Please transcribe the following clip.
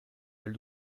elle